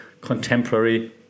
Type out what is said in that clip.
contemporary